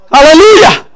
Hallelujah